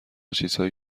چیزهایی